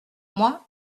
moi